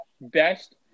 best